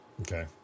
Okay